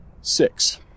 Six